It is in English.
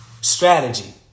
strategy